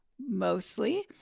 mostly